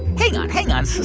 hang on. hang on.